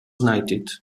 knighted